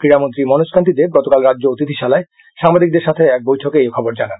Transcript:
ক্রীড়ামন্ত্রী মনোজ কান্তি দেব গতকাল রাজ্য অতিথিশালায় সাংবাদিকদের সঙ্গে এক বৈঠকে এই খবর জানান